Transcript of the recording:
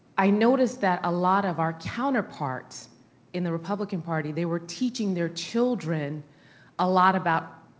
i noticed that a lot of our counterparts in the republican party, they were teaching their children a lot about